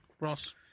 Ross